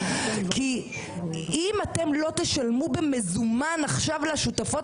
כי אם אתם לא תשלמו במזומן עכשיו לשותפות